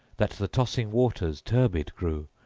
that the tossing waters turbid grew,